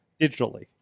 digitally